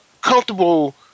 comfortable